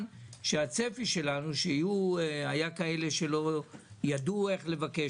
שהצפי שלנו שהיו כאלה שלא ידעו איך לבקש,